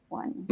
one